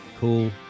Cool